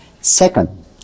Second